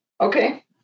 Okay